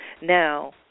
Now